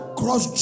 cross